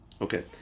Okay